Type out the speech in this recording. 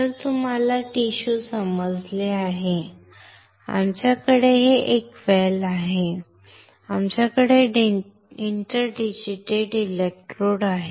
तर तुम्हाला टिश्यू समजले आहे आमच्याकडे एक वेल आहे आमच्याकडे इंटर डिजिटल इलेक्ट्रोड आहेत